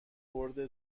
برد